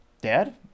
Dad